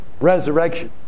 resurrection